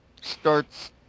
starts